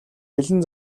бэлэн